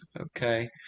Okay